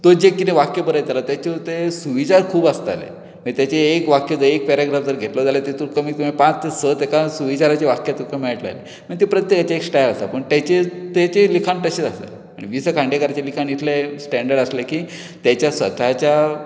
तो जें कितें वाक्य बरयतालो ते सुविचार खूब आसताले मागीर ताचें एक वाक्य जर एक पेरॅग्राफ जर घेतलो जाल्यार तातूंत भितर पांच ते स सुविचाराचीं वाक्यां तातूंत मेळटलीं मागीर ती प्रत्येकाची स्टायल आसा पूण तांचें लिखाण तशेंच आसा आनी वि स खांडेकराचें लिखाण इतलें स्टॅंडर्ड आसलें की ताच्या स्वताच्या